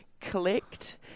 clicked